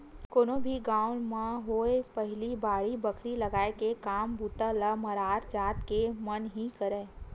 कोनो भी गाँव म होवय पहिली बाड़ी बखरी लगाय के काम बूता ल मरार जात के मन ही करय